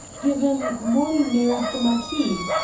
give em, mollie married the marquis